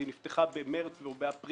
אז היא נפתחה במרס או באפריל,